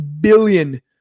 billion